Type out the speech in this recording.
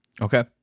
okay